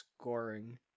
scoring